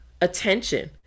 attention